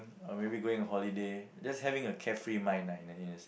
or maybe going to holiday just having a carefree mind lah in a sense